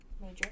Major